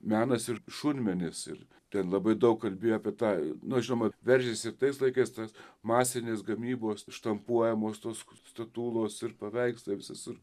menas ir šunmenis ir ten labai daug kalbėjo apie tą na žinoma veržėsi ir tais laikais tas masinės gamybos štampuojamos tos statulos ir paveikslai visas ir